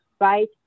right